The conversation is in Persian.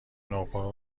نوپا